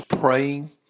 praying